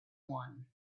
one